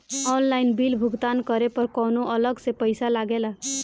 Online bill भुगतान करे पर कौनो अलग से पईसा लगेला?